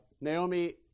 Naomi